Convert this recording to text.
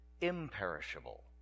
imperishable